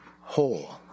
whole